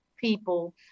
people